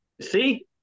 see